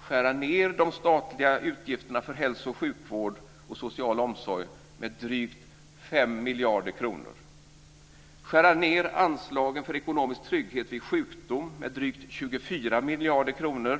skära ned de statliga utgifterna för hälso och sjukvård och social omsorg med drygt 5 miljarder kronor. Man vill skära ned anslaget för ekonomisk trygghet vid sjukdom med drygt 24 miljarder kronor.